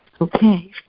okay